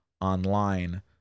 online